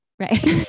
right